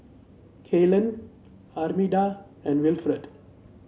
Kaylin Armida and Wilfrid